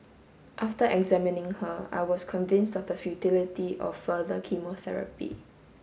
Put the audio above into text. after examining her I was convinced of the futility of further chemotherapy